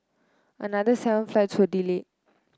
another seven flights were delayed